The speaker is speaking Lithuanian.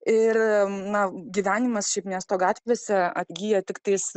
ir na gyvenimas šiaip miesto gatvėse atgyja tiktais